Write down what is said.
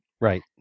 Right